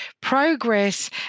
progress